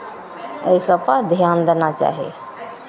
एहि सभपर ध्यान देना चाही